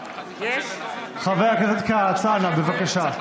חבר הכנסת כץ, אנא, בבקשה.